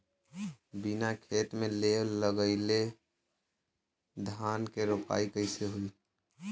बिना खेत में लेव लगइले धान के रोपाई कईसे होई